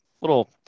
little